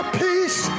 peace